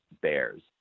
bears